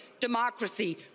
democracy